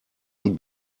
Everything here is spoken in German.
und